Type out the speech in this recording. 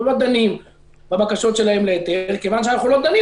אנחנו לא דנים בבקשות שלהם להיתר וכייוון שאנחנו לא דנים,